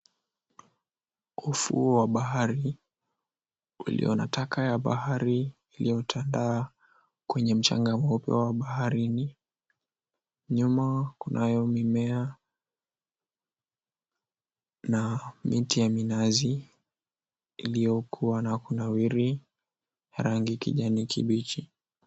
Ufuo wa bahari ulio na taka ya bahari iliyotandaa kwenye mchanga huo pia wa baharini. Nyuma kunayo mimea na miti ya minazi iliyokuwa na kunawiri ya rangi kijani kibichi.